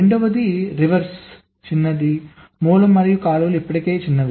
రెండవది రివర్స్ చిన్నది మూలం మరియు కాలువలు ఇప్పటికే చిన్నవి